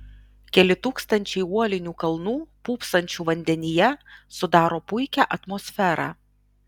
keli tūkstančiai uolinių kalnų pūpsančių vandenyje sudaro puikią atmosferą